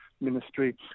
ministry